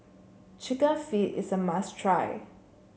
chicken feet is a must try